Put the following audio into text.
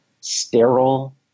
sterile